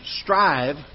strive